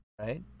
right